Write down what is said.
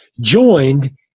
Joined